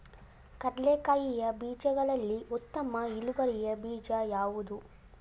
ಕಡ್ಲೆಕಾಯಿಯ ಬೀಜಗಳಲ್ಲಿ ಉತ್ತಮ ಇಳುವರಿ ಬೀಜ ಯಾವುದು?